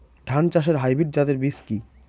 ধান চাষের হাইব্রিড জাতের বীজ কি?